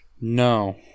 No